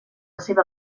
seva